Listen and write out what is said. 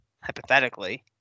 hypothetically